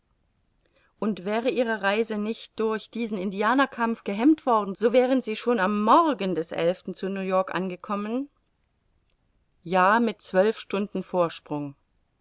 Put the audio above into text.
und wäre ihre reise nicht durch diesen indianerkampf gehemmt worden so wären sie schon am morgen des zu new-york angekommen ja mit zwölf stunden vorsprung